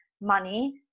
money